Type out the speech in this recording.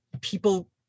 people